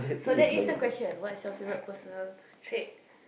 so that is the question what is your favorite personal trait